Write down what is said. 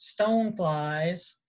stoneflies